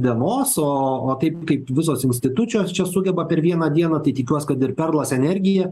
dienos o o taip kaip visos institucijos čia sugeba per vieną dieną tai tikiuos kad ir perlas energija